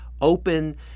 open